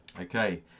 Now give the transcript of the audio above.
okay